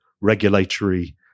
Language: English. regulatory